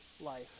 life